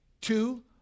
Two